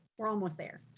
we're almost there.